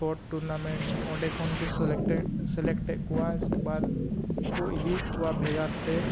ᱚᱸᱰᱮ ᱠᱷᱚᱱᱠᱚ ᱮᱫ ᱠᱚᱣᱟ ᱩᱥᱠᱮ ᱵᱟᱫᱽ ᱠᱚ ᱤᱫᱤᱭᱮᱫ ᱠᱚᱣᱟ ᱵᱷᱮᱜᱟᱨᱛᱮ